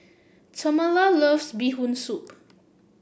Tamela loves Bee Hoon Soup